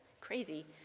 crazy